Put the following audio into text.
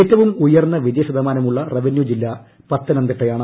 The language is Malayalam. ഏറ്റവും ഉയർന്ന വിജയശതമാനമുള്ള റവന്യൂ ജില്ല പത്തനംതിട്ടയാണ്